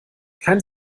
kein